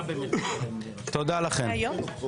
תודה לכן.